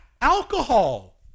Alcohol